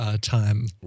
time